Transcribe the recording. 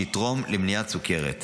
שיתרום למניעת סוכרת.